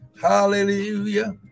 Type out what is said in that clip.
Hallelujah